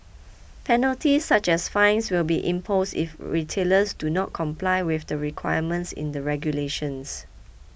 penalties such as fines will be imposed if retailers do not comply with the requirements in the regulations